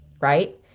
right